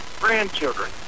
grandchildren